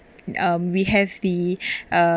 um we have the uh